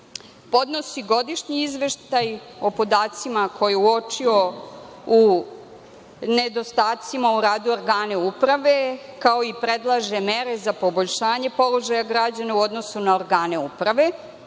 Podnosi godišnji izveštaj o podacima koje je uočio o nedostacima u organima uprave, kao i da predlaže mere za poboljšanje položaja građana u odnosu na organe uprave.I,